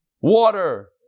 Water